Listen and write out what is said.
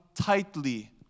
tightly